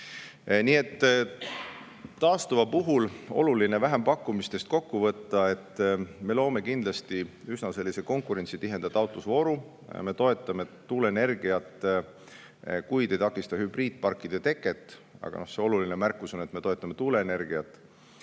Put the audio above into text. Nii et taastuva [energia] puhul on oluline vähempakkumistest kokku võtta, et me loome kindlasti üsna konkurentsitiheda taotlusvooru; ja me toetame tuuleenergiat, kuid ei takista hübriidparkide teket. Aga oluline märkus on, et me toetame tuuleenergiat.